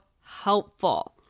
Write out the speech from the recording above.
helpful